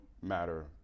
matter